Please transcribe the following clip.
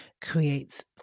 creates